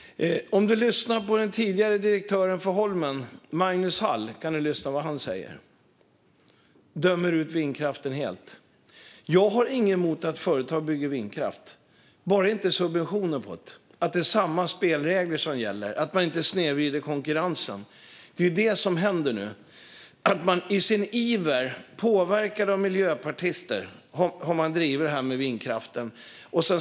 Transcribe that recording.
Man kan lyssna på vad den tidigare direktören för Holmen, Magnus Hall, säger. Han dömer ut vindkraften helt. Jag har inget emot att företag bygger vindkraft, bara de inte får subventioner för det. Det ska vara samma spelregler som gäller, så att man inte snedvrider konkurrensen. Det är ju det som händer nu. I sin iver, och påverkad av miljöpartister, har man drivit det här med vindkraften.